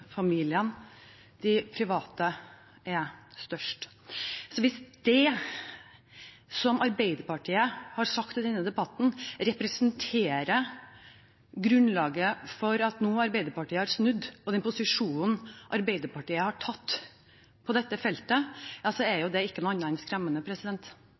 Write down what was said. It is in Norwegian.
de private er størst. Hvis det Arbeiderpartiet har sagt i denne debatten, representerer grunnlaget for at Arbeiderpartiet har snudd nå, og den posisjonen de har tatt på dette feltet, er det ikke noe annet enn skremmende.